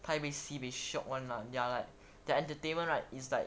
taipei sibeh shiok [one] lah they are like the entertainment right is like